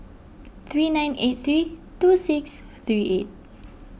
three nine eight three two six three eight